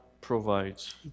provides